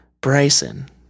Bryson